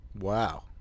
wow